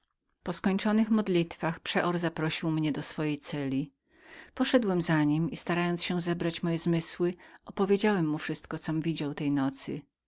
po skończonych modlitwach przeor zaprosił mnie do swojej celi poszedłem za nim i starając się zebrać moje zmysły opowiedziałem mu wszystko com widział tej nocy